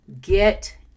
get